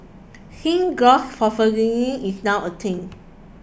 since gross is now a thing